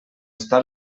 està